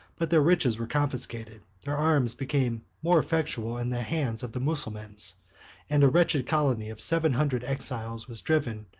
but their riches were confiscated, their arms became more effectual in the hands of the mussulmans and a wretched colony of seven hundred exiles was driven,